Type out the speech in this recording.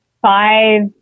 Five